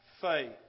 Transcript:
faith